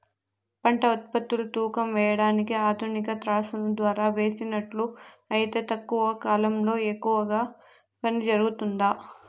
పంట ఉత్పత్తులు తూకం వేయడానికి ఆధునిక త్రాసులో ద్వారా వేసినట్లు అయితే తక్కువ కాలంలో ఎక్కువగా పని జరుగుతుందా?